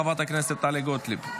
חברת הכנסת טלי גוטליב.